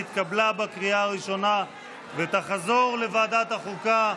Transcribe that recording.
התקבלה בקריאה הראשונה ותחזור לוועדת החוקה,